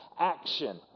action